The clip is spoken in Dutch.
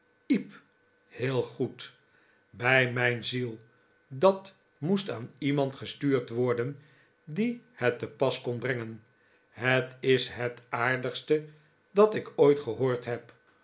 iep heel goed bij mijn ziel dat moest aan iemand gestuurd worden die het te pas kon brengen het is het aardigste dat ik ooit gehoord heb